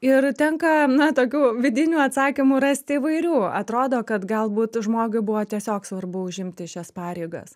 ir tenka na tokių vidinių atsakymų rasti įvairių atrodo kad galbūt žmogui buvo tiesiog svarbu užimti šias pareigas